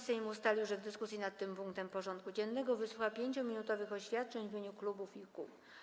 Sejm ustalił, że w dyskusji nad tym punktem porządku dziennego wysłucha 5-minutowych oświadczeń w imieniu klubów i kół.